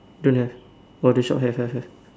don't have orh the shop have have have